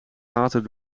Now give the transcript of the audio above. water